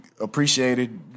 Appreciated